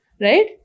Right